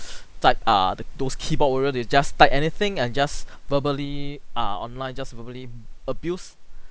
type err the those keyboard warrior they just type anything and just verbally err online just verbally abuse